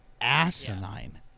asinine